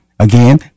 Again